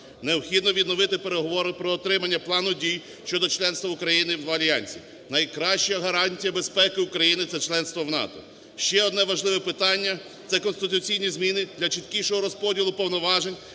Необхідно відновити переговори про отримання плану дій щодо членства Україні в альянсі. Найкраща гарантія безпеки України – це членство в НАТО. Ще одне важливе питання – це конституційні зміни для чіткішого розподілу повноважень